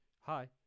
hi